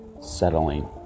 settling